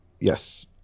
Yes